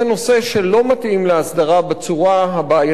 בצורה הבעייתית שבה אנחנו מסדירים אותו.